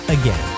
again